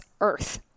earth